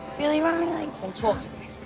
really ronnie? don't talk to me.